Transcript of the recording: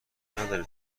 نداره